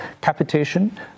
capitation